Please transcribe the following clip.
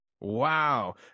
Wow